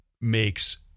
makes